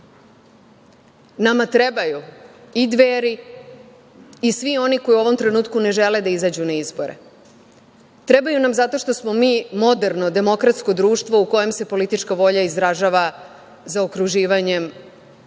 Nama trebaju i Dveri i svi oni koji u ovom trenutku ne žele da izađu na izbore, trebaju nam zato što smo mi moderno demokratsko društvo u kojem se politička volja izražava zaokruživanjem broja